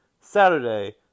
Saturday